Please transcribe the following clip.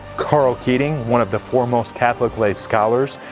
karl keating, one of the foremost catholic lay scholars,